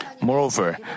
Moreover